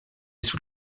sous